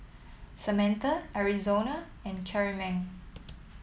Samantha Arizona and Karyme